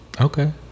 okay